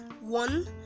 one